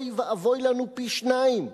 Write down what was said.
אוי ואבוי לנו פי-שניים.